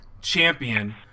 champion